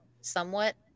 somewhat